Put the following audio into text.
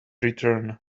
return